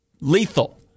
lethal